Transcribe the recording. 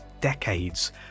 decades